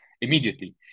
immediately